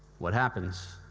what happens?